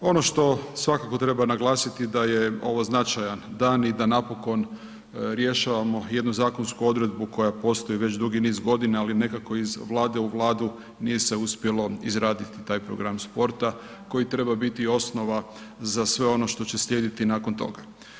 Ono što svakako treba naglasiti da je ovo značajan dan i da napokon rješavamo jednu zakonsku odredbu koja postoji već dugi niz godina, ali nekako iz vlade u vladu nije se uspjelo izraditi taj program sporta koji treba biti osnova za sve ono što će slijediti nakon toga.